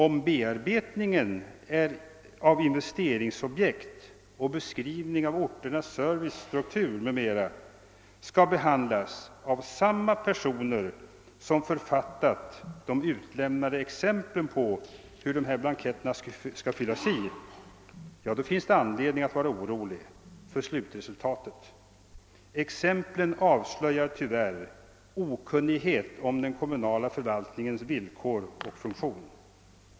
Om bearbetningen av investeringsobjekt och beskrivningen av orternas servicestruktur m.m. skall handhas av samma personer som författat de utlämnade exemplen på hur blanketterna skall fyllas i, då finns det anledning att vara orolig för slutresultatet. Exemplen avslöjar tyvärr okunnighet om den kommunala förvaltningens villkor och funktion.